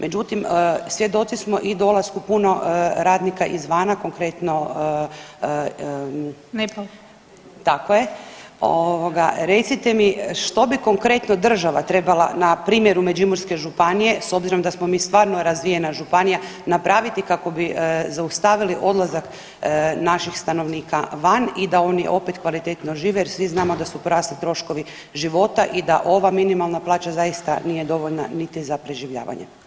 Međutim, svjedoci smo i dolasku puno radnika izvana, konkretno [[Upadica: Nepal.]] tako je, ovoga recite mi što bi konkretno država trebala na primjeru Međimurske županije s obzirom da smo mi stvarno razvijena županija napraviti kako bi zaustavili odlazak naših stanovnika van i da oni opet kvalitetno žive jer svi znamo da su porasli troškovi života i da ova minimalna plaća zaista nije dovoljna niti za preživljavanje.